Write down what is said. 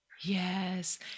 Yes